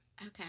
Okay